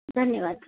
धन्यवाद